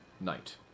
night